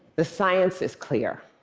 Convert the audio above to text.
the science is clear